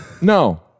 no